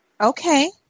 Okay